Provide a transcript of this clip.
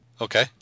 okay